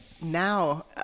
now